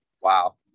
Wow